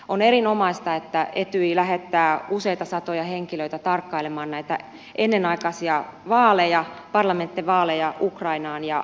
on erinomaista että etyj lähettää useita satoja henkilöitä tarkkailemaan näitä ennenaikaisia parlamenttivaaleja ukrainaan